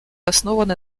основаны